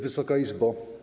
Wysoka Izbo!